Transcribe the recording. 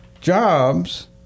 jobs